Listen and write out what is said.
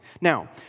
Now